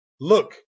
Look